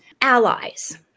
allies